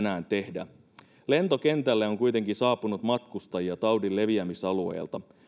ja ehdimme sen tänään tehdä lentokentälle on kuitenkin saapunut matkustajia taudin leviämisalueelta